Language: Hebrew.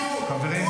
לא בדור הבא,